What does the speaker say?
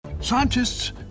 Scientists